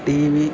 TV